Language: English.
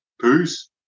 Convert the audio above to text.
peace